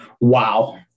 Wow